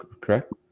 correct